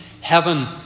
heaven